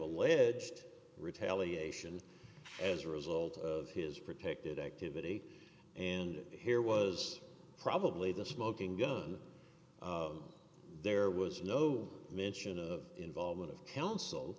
alleged retaliation as a result of his protected activity and here was probably the smoking gun there was no mention of involvement of counsel